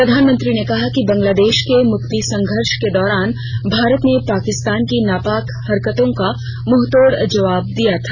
प्रधानमंत्री ने कहा कि बांग्लादेश के मुक्ति संघर्ष के दौरान भारत ने पाकिस्तान की नापाक हरकतों का मुंहतोड़ जवाब दिया था